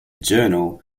journal